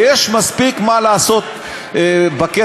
יש מספיק מה לעשות בכסף,